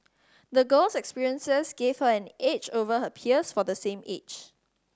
the girl's experiences gave her an edge over her peers for the same age